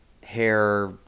hair